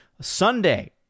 Sunday